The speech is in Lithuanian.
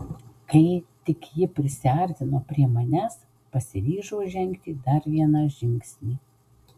kai tik ji prisiartino prie manęs pasiryžau žengti dar vieną žingsnį